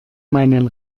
meinen